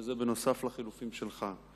וזה בנוסף לחילופין שלך.